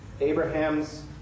Abraham's